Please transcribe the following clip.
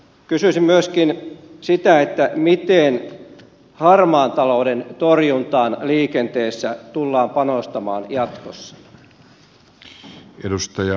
kysyisin myöskin sitä miten harmaan talouden torjuntaan liikenteessä tullaan panostamaan jatkossa